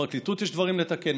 בפרקליטות יש דברים לתקן,